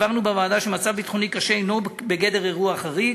הבהרנו בוועדה שמצב ביטחוני קשה אינו בגדר אירוע חריג.